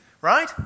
right